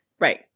right